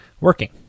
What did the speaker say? working